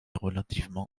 relativement